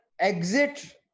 Exit